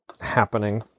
happening